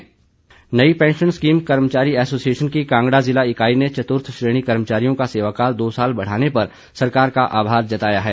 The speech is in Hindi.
आभार नई पैंशन स्कीम कर्मचारी एसोसिएशन की कांगड़ा जिला इकाई ने चतुर्थ श्रेणी कर्मचारियों का सेवाकाल दो साल बढ़ाने पर सरकार का आभार जताया है